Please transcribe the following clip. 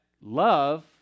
love